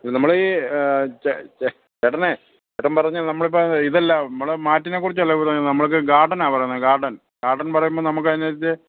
നമ്മളീ ഈ ചേട്ടന് ചേട്ടൻ പറഞ്ഞ നമ്മളിപ്പം ഇതല്ല നമ്മൾ മാറ്റിനെ കുറിച്ചല്ലോ ഈ നമുക്ക് ഗാർഡനാ പറയുന്നത് ഗാർഡൻ ഗാർഡൻ പറയുമ്പോൾ നമുക്ക് അതിനനുസരിച്ച്